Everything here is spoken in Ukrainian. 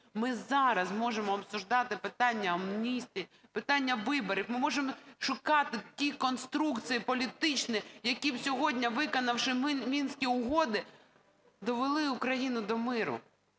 Ми зараз можемо обсуждать питання амністії, питання виборів, ми можемо шукати ті конструкції політичні, які б сьогодні, виконавши Мінські угоди, довели Україну до миру.